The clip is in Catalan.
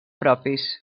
propis